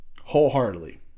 wholeheartedly